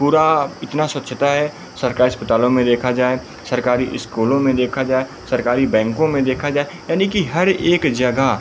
पूरा इतनी स्वच्छता है सरकारी अस्पतालों में देखा जाए सरकारी स्कूलों में देखा जाए सरकारी बैंकों में देखा जाए यानी कि हर एक जगह